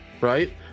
right